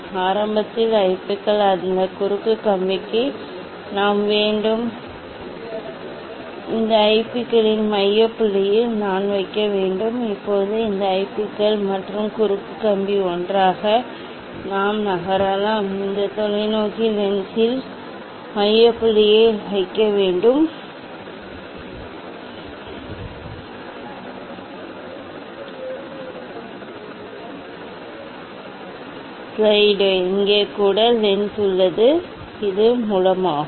ஆரம்பத்தில் ஐபிக்கள் அந்த குறுக்கு கம்பிக்கு நாம் வேண்டும் இந்த ஐபிக்களின் மைய புள்ளியில் நான் வைக்க வேண்டும் இப்போது இந்த ஐபிக்கள் மற்றும் குறுக்கு கம்பி ஒன்றாக நாம் நகரலாம் இந்த தொலைநோக்கி லென்ஸின் மைய புள்ளியை வைக்க நாங்கள் செல்லலாம் பின்னர் நீங்கள் குறுக்கு கம்பியில் உருவாகும் படம் அதை நாங்கள் காண முடியும் இங்கே கூட லென்ஸ் உள்ளது இது மூலமாகும்